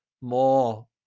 more